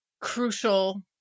crucial